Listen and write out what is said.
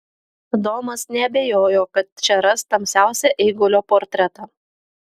domas neabejojo kad čia ras tamsiausią eigulio portretą